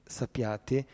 sappiate